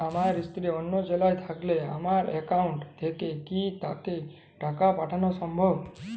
আমার স্ত্রী অন্য জেলায় থাকলে আমার অ্যাকাউন্ট থেকে কি তাকে টাকা পাঠানো সম্ভব?